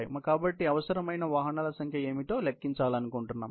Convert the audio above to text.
మనకు కాబట్టి అవసరమైన వాహనాల సంఖ్య ఏమిటో లెక్కించాలనుకుంటున్నాము